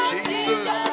Jesus